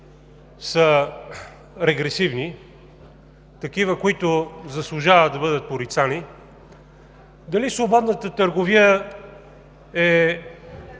са регресивни – такива, които заслужават да бъдат порицани; дали свободната търговия е